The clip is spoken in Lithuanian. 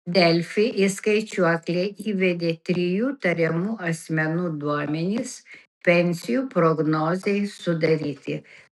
delfi į skaičiuoklę įvedė trijų tariamų asmenų duomenis pensijų prognozei sudaryti